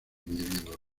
individuos